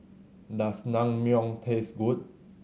does Naengmyeon taste good